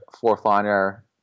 fourth-liner